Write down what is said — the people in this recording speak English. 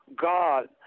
God